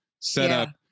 setup